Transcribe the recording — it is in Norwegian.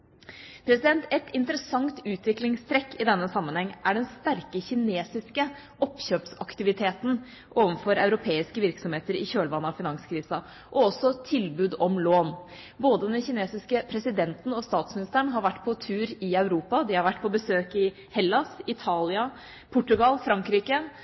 Et interessant utviklingstrekk i denne sammenhengen er den sterke kinesiske oppkjøpsaktiviteten – og også tilbud om lån – overfor europeiske virksomheter i kjølvannet av finanskrisen. Både den kinesiske presidenten og statsministeren har vært på tur i Europa. De har vært på besøk i Hellas, i Italia, i Portugal og i Frankrike,